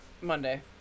Monday